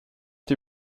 die